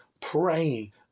praying